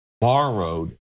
borrowed